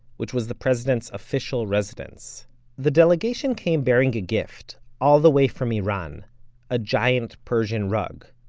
which was the president's official residence the delegation came bearing a gift, all the way from iran a giant persian rug.